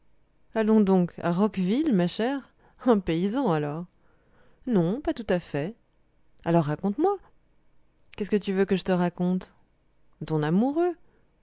allons donc a roqueville ma chère un paysan alors non pas tout à fait alors raconte-moi qu'est-ce que tu veux que je te raconte ton amoureux